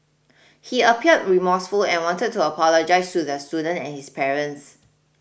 he appeared remorseful and wanted to apologise to the student and his parents